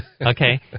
Okay